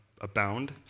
abound